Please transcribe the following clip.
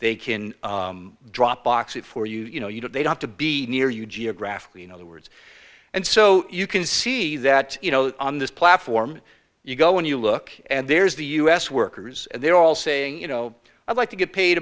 they can drop box it for you know you know they got to be near you geographically in other words and so you can see that you know on this platform you go and you look and there's the u s workers they're all saying you know i'd like to get paid